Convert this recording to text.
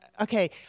okay